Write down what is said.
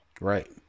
Right